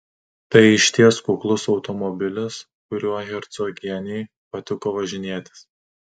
tai išties kuklus automobilis kuriuo hercogienei patiko važinėtis